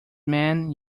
men